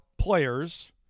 players